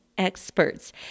Experts